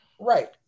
Right